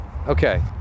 Okay